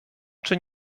czy